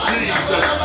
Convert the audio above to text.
Jesus